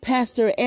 Pastor